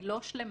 היא לא שלמה,